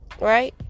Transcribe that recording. right